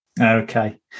okay